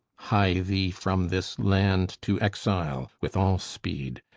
hie thee from this land to exile with all speed.